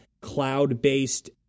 cloud-based